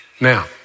Now